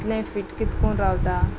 इतलें फीट कितकून रावता